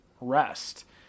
rest